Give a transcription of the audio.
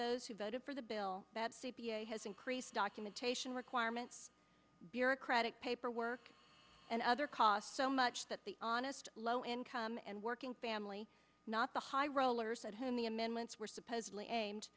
those who voted for the bill that c p a has increased documentation requirements bureaucratic paperwork and other costs so much that the honest low income and working family not the high rollers at whom the amendments were supposedly aimed